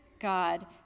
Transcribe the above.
God